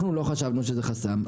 אנחנו לא חשבנו שזה חסם.